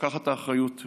לקחת את האחריות.